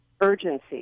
urgency